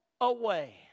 away